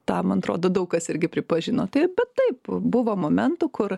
tą man atrodo daug kas irgi pripažino tai bet taip buvo momentų kur